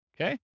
Okay